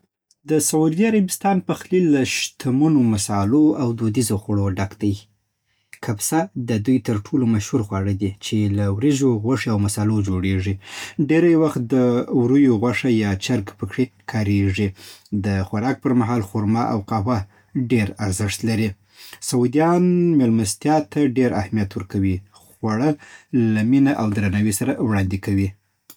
د سعودي عربستان پخلی له شتمنو مصالحو او دودیزو خوړو ډک دی. کبسه د دوی تر ټولو مشهور خواړه دي، چې له وريژو، غوښې او مصالحو جوړېږي. ډېری وخت د وريو غوښه یا چرګ پکې کارېږي. د خوراک پر مهال خرما او قهوه ډېر ارزښت لري. سعودیان میلمستیا ته ډېر اهمیت ورکوي، خوړه له مینه او درناوي سره وړاندې کوي.